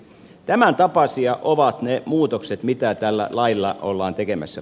tämäntapaisia ovat ne muutokset mitä tällä lailla ollaan tekemässä